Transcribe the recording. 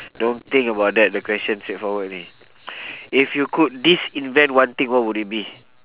don't think about that the question straightforward only if you could disinvent one thing what would it be